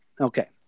okay